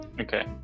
Okay